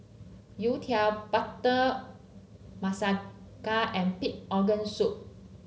Youtiao butter and Pig Organ Soup